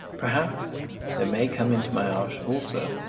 perhaps there may come into my art also,